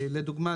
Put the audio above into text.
לדוגמה,